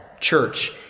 church